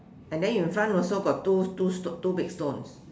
and then in front also got two two st~ two big stones